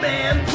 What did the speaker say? Man